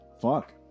fuck